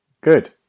Good